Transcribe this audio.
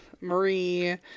Marie